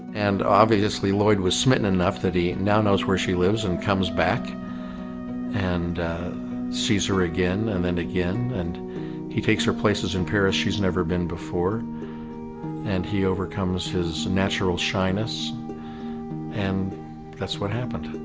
and obviously lloyd was smitten enough that he now knows where she lives and comes back and sees her again and then again and he takes her places in paris she's never been before and he overcomes his natural shyness and that's what happened.